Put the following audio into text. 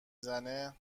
زنه